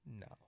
No